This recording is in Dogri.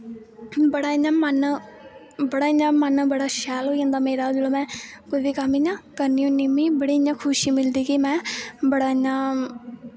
बड़ा इ'यां मन बड़ा इयां मन बड़ा शैल होई जंदा मेरा जिसलै में कोई बी कम्म इ'यां करनी हो्नी मिगी बड़ी इ'यां खुशी मिलदी कि में बड़ा इ'यां